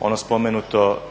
ono spomenuto